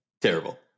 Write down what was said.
terrible